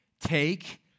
take